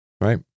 right